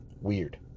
weird